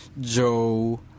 Joe